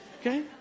Okay